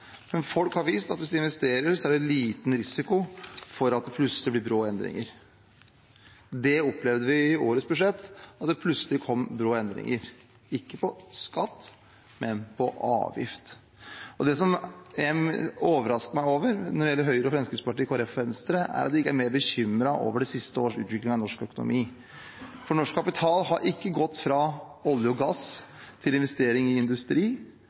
men folk har visst at hvis de investerer, er det liten risiko for at det plutselig blir brå endringer. Vi opplevde i årets budsjett at det plutselig kom brå endringer – ikke på skatt, men på avgift. Det som overrasker meg når det gjelder Høyre, Fremskrittspartiet, Kristelig Folkeparti og Venstre, er at de ikke er mer bekymret over de siste års utvikling i norsk økonomi. Norsk kapital har ikke gått fra olje og gass til investering i industri,